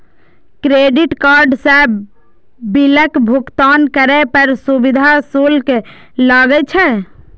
credit card सं बिलक भुगतान करै पर सुविधा शुल्क लागै छै